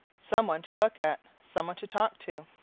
some one to look at, some one to talk to.